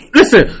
Listen